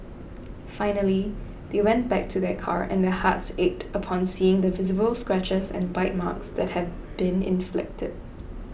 finally they went back to their car and their hearts ached upon seeing the visible scratches and bite marks that had been inflicted